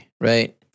right